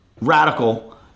radical